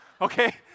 Okay